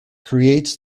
creates